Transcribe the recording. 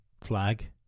flag